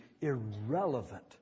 irrelevant